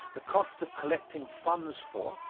the cost of collecting funds for,